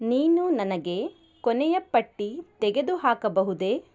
ನೀನು ನನಗೆ ಕೊನೆಯ ಪಟ್ಟಿ ತೆಗೆದುಹಾಕಬಹುದೇ